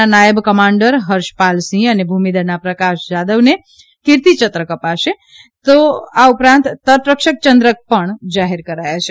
ના નાયબ કમાન્ડર હર્ષપાલસિંહ અને ભૂમિદળના પ્રકાશ જાદવને કીર્તિ ચક્ર અપાશે આ ઉપરાંત તટરક્ષક ચંદ્રક પણ જાહેર કરાયા છે